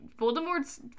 Voldemort's